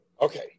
okay